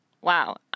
Wow